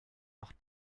noch